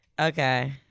Okay